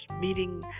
meeting